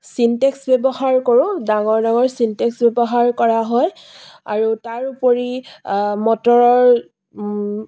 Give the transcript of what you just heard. syntax ব্যৱহাৰ কৰোঁ ডাঙৰ ডাঙৰ ছিনটেক্স ব্যৱহাৰ কৰা হয় আৰু তাৰোপৰি মটৰৰ